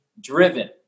driven